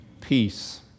peace